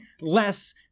less